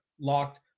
locked